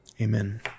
Amen